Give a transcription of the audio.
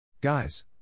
guys